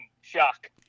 shock